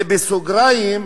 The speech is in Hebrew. ובסוגריים,